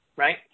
Right